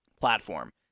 platform